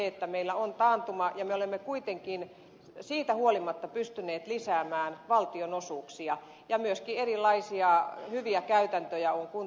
vaikka meillä on taantuma me olemme kuitenkin siitä huolimatta pystyneet lisäämään valtionosuuksia ja myöskin erilaisia hyviä käytäntöjä on kuntiin levitetty